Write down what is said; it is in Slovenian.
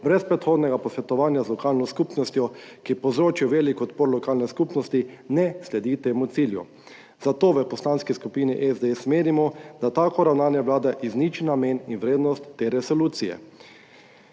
brez predhodnega posvetovanja z lokalno skupnostjo, ki je povzročil velik odpor lokalne skupnosti, ne sledi temu cilju, zato v Poslanski skupini SDS menimo, da tako ravnanje Vlade izniči namen in vrednost te resolucije.